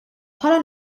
bħala